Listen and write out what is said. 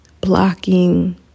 blocking